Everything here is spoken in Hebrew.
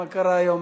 מה קרה היום?